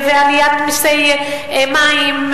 ועליית מסי מים,